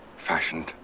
fashioned